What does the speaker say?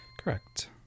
Correct